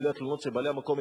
בלי התלונות של בעלי המקום,